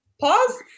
Pause